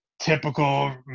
typical